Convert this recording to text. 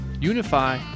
unify